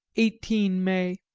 eighteen may.